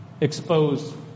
exposed